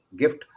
gift